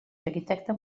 arquitecte